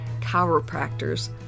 chiropractors